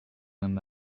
and